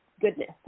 goodness